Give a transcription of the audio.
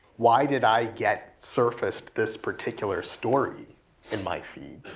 why did i get surfaced this particular story in my feed?